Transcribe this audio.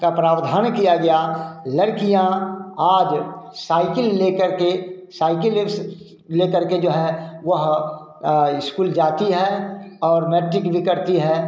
का प्रावधान किया गया लड़कियाँ आज साइकिल लेकर के साइकिल एक्स लेकर के जो हैं वह वह इस्कुल जाती हैं और मैट्रिक भी करती हैं